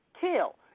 kill